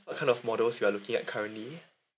what kind of models you are looking at currently